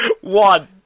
One